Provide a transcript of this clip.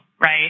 right